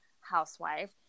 housewife